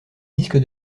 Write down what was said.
disque